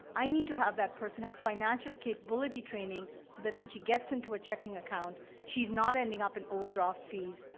i need to have that person have financial capability training, so that when she gets into a checking account, she's not ending up in overdraft fees,